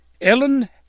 Ellen